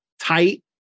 tight